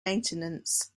maintenance